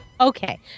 okay